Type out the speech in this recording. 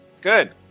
Good